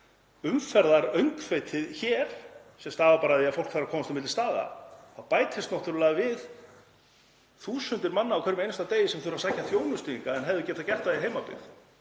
umferðaröngþveitið hér, sem stafar bara af því að fólk þarf að komast á milli staða, bætast náttúrlega við þúsundir manna á hverjum einasta degi sem þurfa að sækja þjónustu hingað en hefðu getað gert það í heimabyggð.